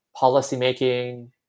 policymaking